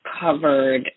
covered